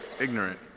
ignorant